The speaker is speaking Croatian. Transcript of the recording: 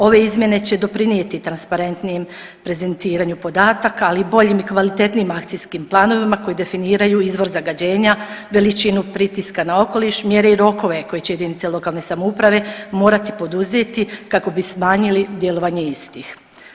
Ove izmjene će doprinijeti transparentnijim prezentiranju podataka, ali i boljim i kvalitetnijim akcijskim planovima koji definiraju izvor zagađenja, veličinu pritiska na okoliš, mjere i rokove koje će jedinice lokalne samouprave morati poduzeti kako bi smanjili djelovanje istih.